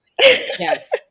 Yes